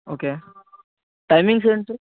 okay timings ఏంటి